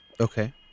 Okay